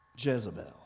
Jezebel